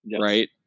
Right